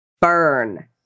Burn